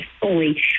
fully